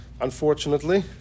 unfortunately